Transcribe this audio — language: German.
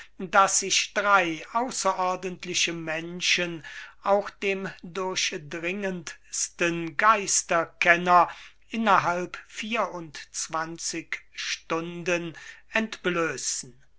daß sich drei ausserordentliche menschen auch dem durchdringendsten geisterkenner innerhalb vier und zwanzig stunden entblössen